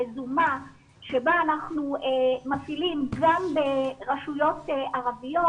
יוזמה שבה אנחנו מפעילים גם ברשויות ערביות,